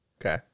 Okay